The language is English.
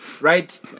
right